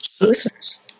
listeners